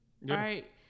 right